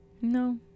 No